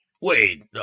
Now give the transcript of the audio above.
Wait